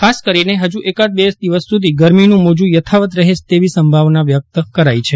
ખાસ કરીને હજુ એકાદ બે દિવસ સુધી ગરમીનું મોજું યથાવત રહે તેવી સંભાવના છે